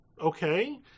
okay